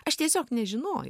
aš tiesiog nežinojau